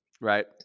right